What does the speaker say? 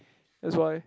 that's why